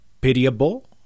pitiable